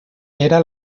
era